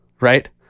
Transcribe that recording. right